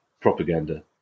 Propaganda